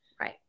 Right